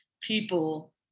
people